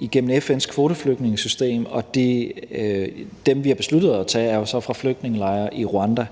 igennem FN's kvoteflygtningesystem, og dem, vi har besluttet at tage, er jo så fra flygtningelejre i Rwanda.